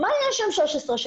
מה היה שם 16 שנה?